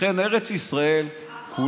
לכן ארץ ישראל, החוק הבין-לאומי אומר את זה.